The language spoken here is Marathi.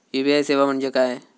यू.पी.आय सेवा म्हणजे काय?